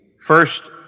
first